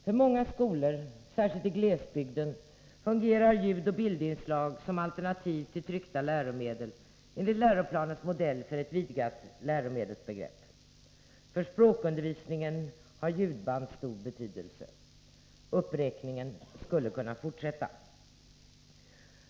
För många skolor, särskilt i glesbygden, fungerar ljudoch bildinslag som alternativ till tryckta läromedel enligt läroplanens modell för ett vidgat läromedelsbegrepp. För språkundervisningen har ljudband stor betydelse. Uppräkningen skulle kunna fortsätta.